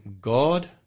God